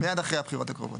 מיד אחרי הבחירות הקרובות.